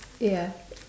ya